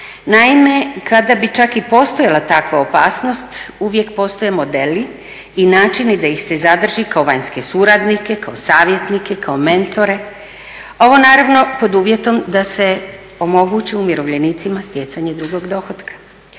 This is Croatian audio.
Naime, kada bi čak i postojala takva opasnost uvijek postoje modeli i načini da ih se zadrži kao vanjske suradnike, kao savjetnike, kao mentore. Ovo naravno pod uvjetom da se omogući umirovljenicima stjecanje drugog dohotka.